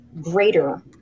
greater